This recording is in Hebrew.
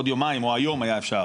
בעוד יומיים או היום היה אפשר,